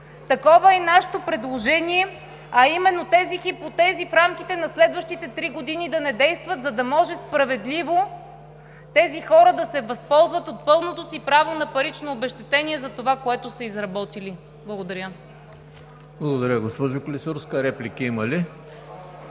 Такова е и нашето предложение, а именно хипотезите в рамките на следващите три години да не действат, за да може справедливо тези хора да се възползват от пълното си право на парично обезщетение за това, което са изработили. Благодаря. ГЕОРГИ ГЬОКОВ (БСП за България):